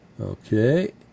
Okay